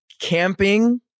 Camping